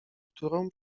którą